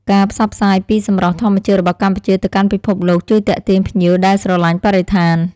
ការផ្សព្វផ្សាយពីសម្រស់ធម្មជាតិរបស់កម្ពុជាទៅកាន់ពិភពលោកជួយទាក់ទាញភ្ញៀវដែលស្រឡាញ់បរិស្ថាន។